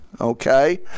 okay